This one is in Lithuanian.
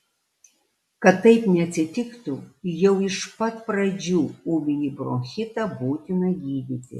kad taip neatsitiktų jau iš pat pradžių ūminį bronchitą būtina gydyti